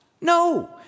No